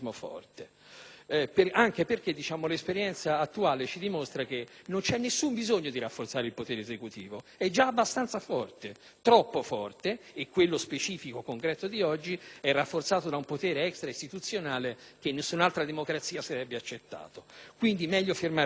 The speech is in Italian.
anche perché l'esperienza attuale ci dimostra che non c'è nessun bisogno di rafforzare il potere esecutivo: è già abbastanza forte, troppo forte, e quello specifico di oggi è rafforzato da un potere extraistituzionale che in nessun'altra democrazia sarebbe accettato. È meglio quindi fermarsi qui.